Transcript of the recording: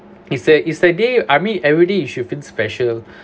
it's the it's the day I mean everyday you should feel special